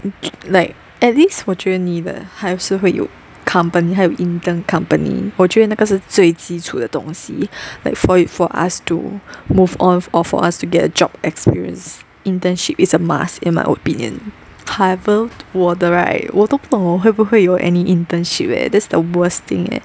it like at least 我觉得你的还是会有 company 还有 intern company 我觉得那个是最基础的东西 like for it for us to move on or for us to get a job experience internship is a must in my opinion however 我的 right 我都不懂我会不会有 any internship eh that's the worst thing eh